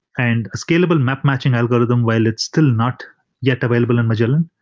and a scalable map matching algorithm while it's still not yet available in magellan,